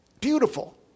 Beautiful